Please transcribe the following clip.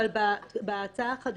בהצעה החדשה,